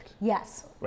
Yes